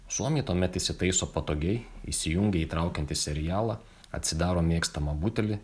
suomiai tuomet įsitaiso patogiai įsijungia įtraukiantį serialą atsidaro mėgstamą butelį